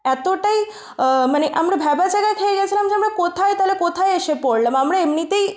এতটাই মানে আমরা ভ্যাবাচ্যাকা খেয়ে গেছিলাম যে আমরা কোথায় তাহলে কোথায় এসে পড়লাম আমরা এমনিতেই